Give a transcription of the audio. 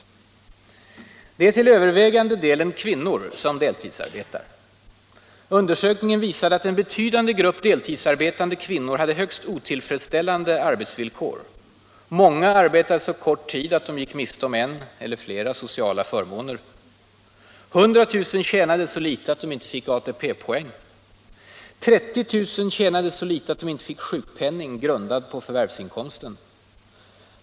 Det är till övervägande delen kvinnor som deltidsarbetar. Undersökningen visade att en betydande grupp deltidsarbetande kvinnor hade högst otillfredsställande arbetsvillkor. Många arbetade så kort tid att de gick miste om en eller flera sociala förmåner. 100 000 tjänade så litet att de inte fick ATP-poäng. 30 000 tjänade så litet att de inte fick sjukpenning, grundad på förvärvsinkomsten.